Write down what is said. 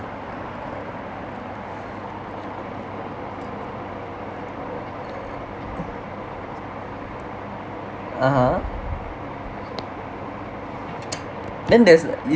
(uh huh) then there's